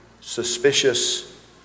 suspicious